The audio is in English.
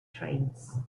trades